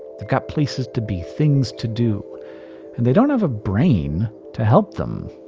they've got places to be, things to do and they don't have a brain to help them.